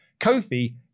Kofi